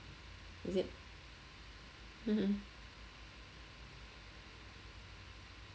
is it